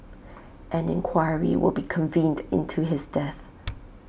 an inquiry will be convened into his death